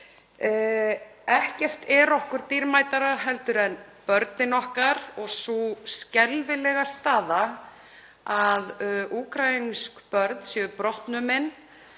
Ekkert er okkur dýrmætara en börnin okkar og sú skelfilega staða að úkraínsk börn séu brottnumin,